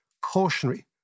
cautionary